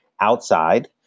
outside